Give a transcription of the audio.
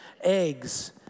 eggs